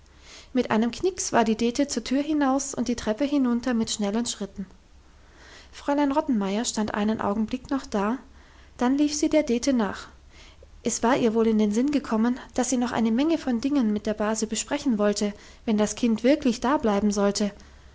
mit einem knicks war die dete zur tür hinaus und die treppe hinunter mit schnellen schritten fräulein rottenmeier stand einen augenblick noch da dann lief sie der dete nach es war ihr wohl in den sinn gekommen dass sie noch eine menge von dingen mit der base besprechen wollte wenn das kind wirklich dableiben sollte